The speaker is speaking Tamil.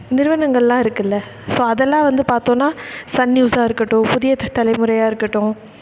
நிறுவனங்கள்லாம் இருக்குதுல்ல ஸோ அதெல்லாம் வந்து பார்த்தோன்னா சன் நியூஸாக இருக்கட்டும் புதிய த தலைமுறையாக இருக்கட்டும்